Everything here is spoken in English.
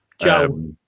Joe